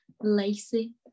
lacy